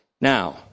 Now